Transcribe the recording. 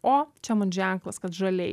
o čia man ženklas kad žaliai